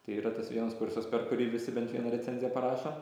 tai yra tas vienas kursas per kurį visi bent vieną recenziją parašo